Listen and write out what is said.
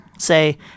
say